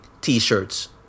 T-shirts